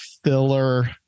filler